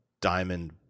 diamond